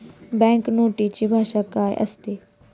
Bank नोटेची भाषा काय असते?